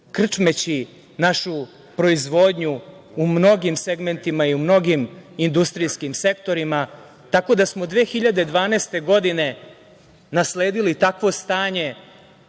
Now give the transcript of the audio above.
krčmeći našu proizvodnju u mnogim segmentima i u mnogim industrijskim sektorima. Tako da smo 2012. godine nasledili takvo stanje